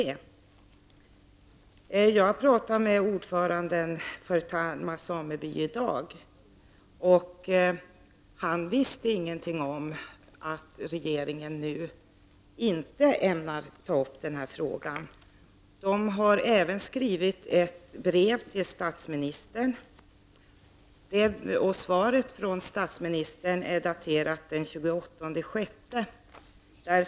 Jag har i dag pratat med ordföranden för Talma sameby, och han visste ingenting om att regeringen inte ämnade ta upp frågan nu. Samebyn har även skrivit ett brev till statsministern och svaret från statsministern är daterat den 28 juni.